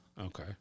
Okay